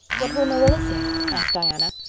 what will marilla say? asked diana.